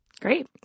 Great